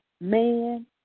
man